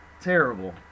terrible